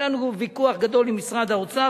היה לנו ויכוח גדול עם משרד האוצר,